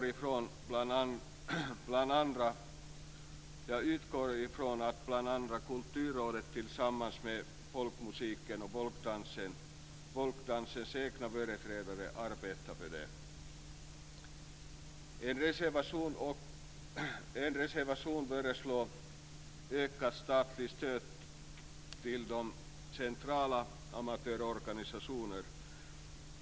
Jag utgår från att bl.a. Kulturrådet tillsammans med folkmusikens och folkdansens egna företrädare arbetar för det. En reservation föreslår ökat statligt stöd till de centrala amatörorganisationerna.